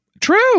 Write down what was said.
True